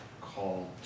called